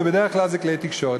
ובדרך כלל אלו כלי תקשורת.